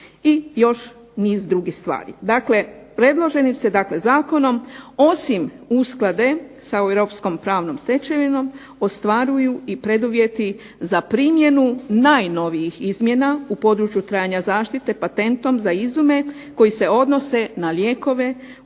i još niz drugih stvari. Dakle, predloženim se zakonom osim usklade sa europskom pravnom stečevinom ostvaruju i preduvjeti za primjenu najnovijih izmjena u području trajanja zaštite patentom za izume koji se odnose na lijekove u